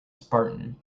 spartan